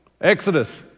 Exodus